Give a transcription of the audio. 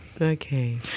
Okay